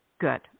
Good